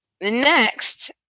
Next